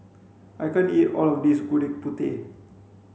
I can't eat all of this gudeg putih